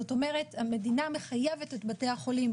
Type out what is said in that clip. זאת אומרת המדינה מחייבת את בתי החולים,